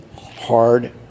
hard